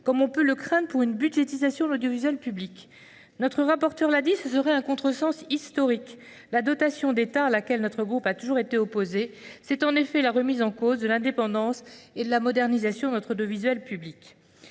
comme on peut le craindre, pour une budgétisation de l’audiovisuel public ? Comme cela a été dit, ce serait un contresens historique. La dotation de l’État, à laquelle notre groupe a toujours été opposé, revient à remettre en cause l’indépendance et la modernisation de notre audiovisuel public.